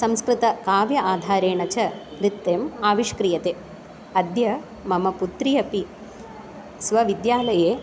संस्कृत काव्याधारेण च नृत्यम् आविष्क्रीयते अद्य मम पुत्री अपि स्वविद्यालये